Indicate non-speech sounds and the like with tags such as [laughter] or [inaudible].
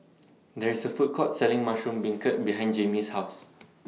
[noise] There IS A Food Court Selling Mushroom Beancurd behind Jaimee's House [noise]